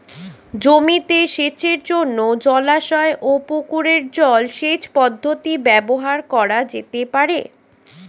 জমিতে সেচের জন্য জলাশয় ও পুকুরের জল সেচ পদ্ধতি ব্যবহার করা যেতে পারে?